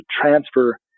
transfer